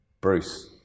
Bruce